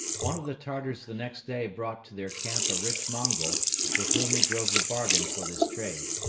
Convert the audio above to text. one of the tartars the next day brought to their camp a rich mongol with whom he drove the bargain for this trade.